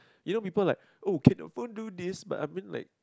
you know people like oh can iPhone do this but I mean like